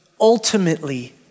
ultimately